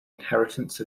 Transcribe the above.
inheritance